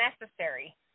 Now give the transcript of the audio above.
necessary